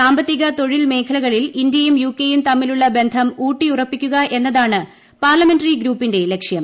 സാമ്പത്തിക തൊഴിൽ മേഖലകളിൽ ഇന്ത്യയും യുകെയും തമ്മിലുള്ള ബന്ധം ഉൌട്ടിയുറപ്പിക്കുക എന്നതാണ് പാർലമെന്ററി ഗ്രൂപ്പിന്റെ ലക്ഷ്യം